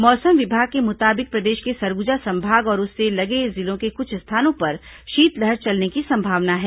मौसम विभाग के मुताबिक प्रदेश के सरगुजा संभाग और उससे लगे जिलों के कुछ स्थानों पर शीतलहर चलने की संभावना है